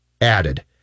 added